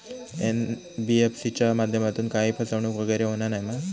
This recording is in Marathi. एन.बी.एफ.सी च्या माध्यमातून काही फसवणूक वगैरे होना नाय मा?